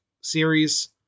series